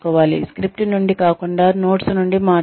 script నుండి కాకుండా notes నుండి మాట్లాడండి